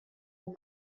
ини